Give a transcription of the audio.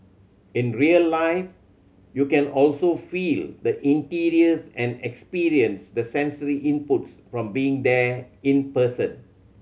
in real life you can also feel the interiors and experience the sensory inputs from being there in person